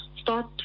Start